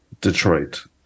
Detroit